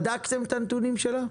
בדקתם את הנתונים שלה?